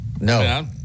No